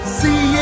see